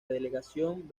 delegación